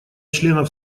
членов